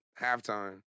halftime